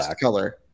color